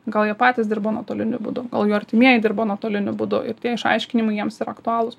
gal jie patys dirba nuotoliniu būdu gal jo artimieji dirba nuotoliniu būdu ir tie išaiškinimai jiems yra aktualūs